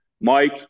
Mike